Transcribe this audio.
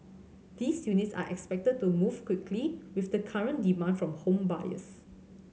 these units are expected to move quickly with the current demand from home buyers